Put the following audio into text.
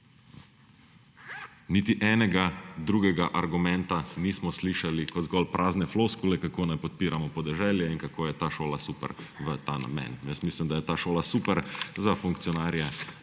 Niti enega drugega argumenta nismo slišali kot zgolj prazne floskule, kako ne podpiramo podeželja in kako je ta šola super za ta namen. Jaz mislim, da je ta šola super za funkcionarje